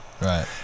Right